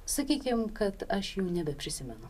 sakykim kad aš jau nebeprisimenu